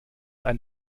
ein